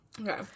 Okay